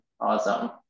awesome